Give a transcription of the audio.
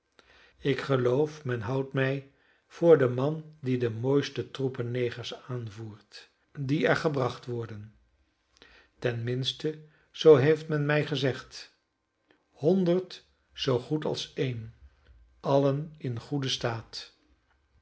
ik geloof men houdt mij voor den man die de mooiste troepen negers aanvoert die er gebracht worden tenminste zoo heeft men mij gezegd honderd zoo goed als een allen in goeden staat